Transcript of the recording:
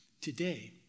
today